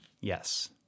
Yes